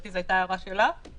זאת אומרת שההסדר הוא